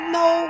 no